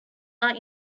are